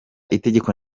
itegeko